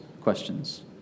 questions